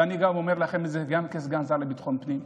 ואני אומר לכם את זה גם כסגן השר לביטחון פנים.